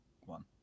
one